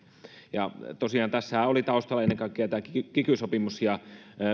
ja tosiaan tässähän oli taustalla ennen kaikkea kiky sopimus ja